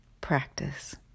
practice